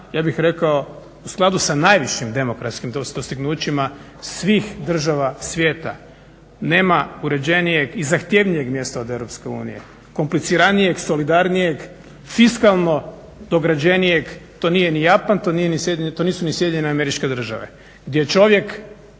ja bih rekao u skladu sa najvišim demokratskim dostignućima svih država svijeta nema uređenijeg i zahtjevnijeg mjesta od EU, kompliciranijeg, solidarnijeg, fiskalno dograđenijeg, to nije ni Japan, to nisu ni SAD gdje čovjek,